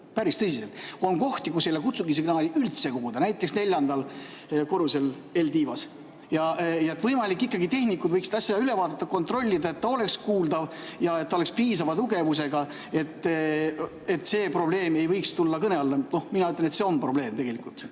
Päris tõsiselt! On kohti, kus ei ole kutsungisignaali üldse kuulda, näiteks neljandal korrusel L-tiivas. Ikkagi tehnikud võiks asja üle vaadata, kontrollida, et ta oleks kuuldav ja et ta oleks piisava tugevusega, nii et see probleem ei võiks üldse kõne alla tulla. Mina ütlen, et see on probleem tegelikult.